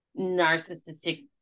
narcissistic